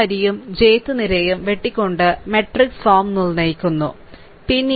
i വരിയും j th നിരയും വെട്ടികൊണ്ട് മാട്രിക്സ് ഫോം നിർണ്ണയിക്കുന്നു അല്ലേ